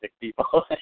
people